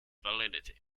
validity